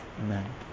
Amen